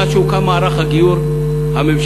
מאז הוקם מערך הגיור הממשלתי,